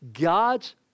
God's